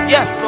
Yes